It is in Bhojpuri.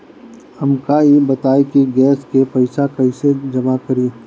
हमका ई बताई कि गैस के पइसा कईसे जमा करी?